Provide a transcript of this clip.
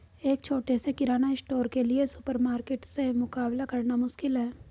एक छोटे से किराना स्टोर के लिए सुपरमार्केट से मुकाबला करना मुश्किल है